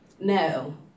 no